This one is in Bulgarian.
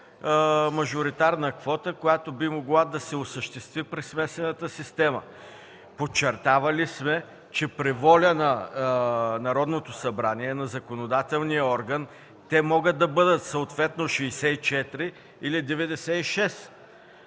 мажоритарна квота, която би могла да се осъществи при смесената система. Подчертавали сме, че при воля на Народното събрание, на законодателния орган те могат да бъдат съответно 64 или 96.